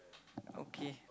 okay